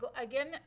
Again